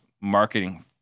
marketing